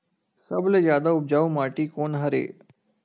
सबले जादा उपजाऊ माटी कोन हरे?